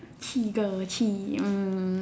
Chigga Chee